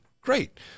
great